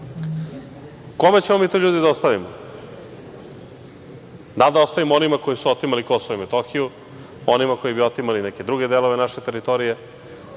Kome ćemo mi to ljudi da ostavimo? Da li da ostavimo onima koji su otimali Kosovo i Metohiju, onima koji bi otimali neke druge delove naše teritorije,